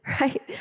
right